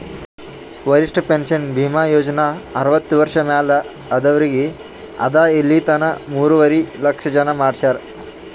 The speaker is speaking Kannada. ವರಿಷ್ಠ ಪೆನ್ಷನ್ ಭೀಮಾ ಯೋಜನಾ ಅರ್ವತ್ತ ವರ್ಷ ಮ್ಯಾಲ ಆದವ್ರಿಗ್ ಅದಾ ಇಲಿತನ ಮೂರುವರಿ ಲಕ್ಷ ಜನ ಮಾಡಿಸ್ಯಾರ್